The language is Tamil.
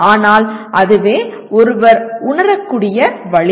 ஆனால் அதுவே ஒருவர் உணரக்கூடிய வழி